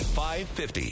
550